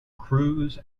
cruise